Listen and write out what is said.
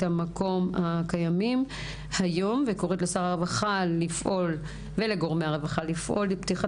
המקום הקיימת היום וקוראת לשר הרווחה ולגורמי הרווחה לפעול לפתיחת